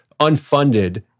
unfunded